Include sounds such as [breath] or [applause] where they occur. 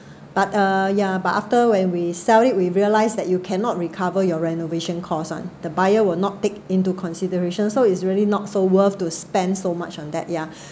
but uh yeah but after when we sell it we realise that you cannot recover your renovation costs [one] the buyer will not take into consideration so it's really not so worth to spend so much on that yeah [breath]